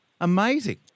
amazing